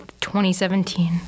2017